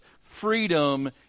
freedom